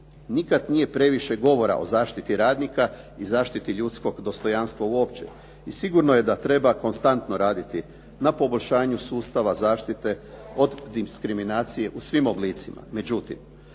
nikad nije previše govora o zaštiti radnika i zaštiti ljudskog dostojanstva uopće. I sigurno je da treba konstantno raditi na poboljšanju sustava zaštite od diskriminacije u svim oblicima. Međutim,